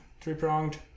three-pronged